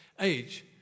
age